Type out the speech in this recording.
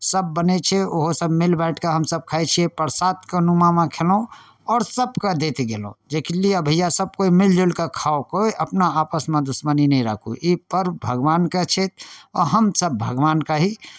सब बनै छै ओहो सब मिल बाॅंटि कऽ हमसब खाइ छियै प्रसादके नुमामे खेलहुॅं आओर सबके दैत गेलहुॅं जेकि लिअ भैया सब कोइ मिलजुल कऽ खाउ कोइ अपना आपसमे दुश्मनी नहि राखू ई पर्ब भगवानके छै हमसब भगवान का ही